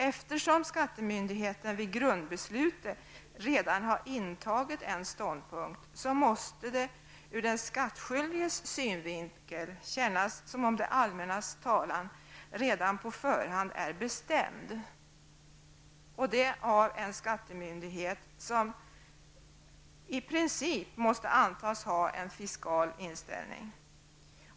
Eftersom skattemyndigheten vid grundbeslutet redan har intagit en ståndpunkt, måste det ur den skattskyldiges synvinkel kännas som om det allmännas talan redan på förhand är bestämd, och det av en skattemyndighet som måste antas ha en i princip fiskal inställning.